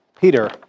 Peter